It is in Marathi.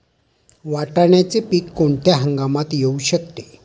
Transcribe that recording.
वाटाण्याचे पीक कोणत्या हंगामात येऊ शकते?